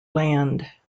land